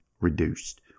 reduced